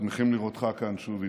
שמחים לראותך כאן שוב איתנו.